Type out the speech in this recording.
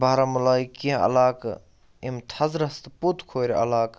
بارہمُلہ ہٕکۍ کینٛہہ علاقہٕ یِم تھَزرَس تہٕ پوٚت کھورِ علاقہٕ